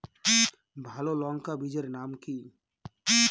ভালো লঙ্কা বীজের নাম কি?